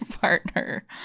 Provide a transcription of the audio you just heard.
partner